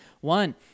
One